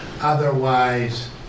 Otherwise